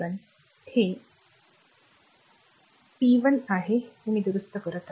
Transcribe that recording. तर हे p1 आहे मी ते दुरुस्त केले आहे